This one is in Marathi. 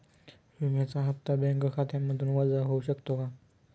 विम्याचा हप्ता बँक खात्यामधून वजा होऊ शकतो का?